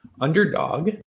underdog